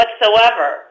whatsoever